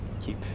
keep